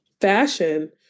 fashion